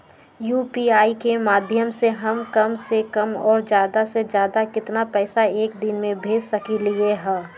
UPI के माध्यम से हम कम से कम और ज्यादा से ज्यादा केतना पैसा एक दिन में भेज सकलियै ह?